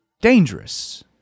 Dangerous